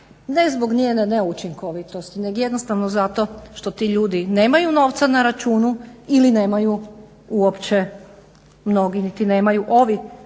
ne zbog njene neučinkovitosti već jednostavno zato što ti ljudi nemaju novca na računu ili nemaju uopće mnogi nemaju niti